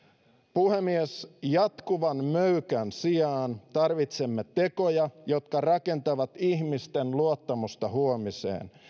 puhemies jatkuvan möykän sijaan tarvitsemme tekoja jotka rakentavat ihmisten luottamusta huomiseen